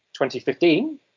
2015